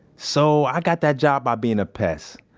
so, i got that job ah being a pest.